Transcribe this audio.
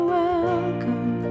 welcome